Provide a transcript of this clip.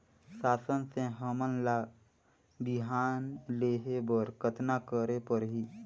शासन से हमन ला बिहान लेहे बर कतना करे परही?